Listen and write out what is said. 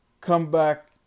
comeback